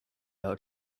out